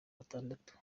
batatu